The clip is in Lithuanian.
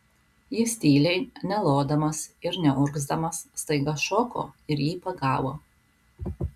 jis tyliai nelodamas ir neurgzdamas staiga šoko ir jį pagavo